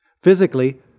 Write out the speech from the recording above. Physically